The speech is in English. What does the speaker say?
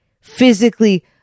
physically